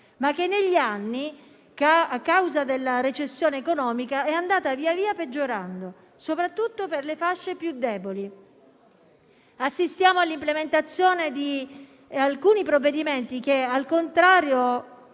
ma che negli anni, a causa della recessione economica, è andata via via peggiorando, soprattutto per le fasce più deboli. Assistiamo all'implementazione di alcuni provvedimenti, per i quali, al contrario,